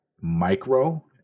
micro